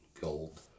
Gold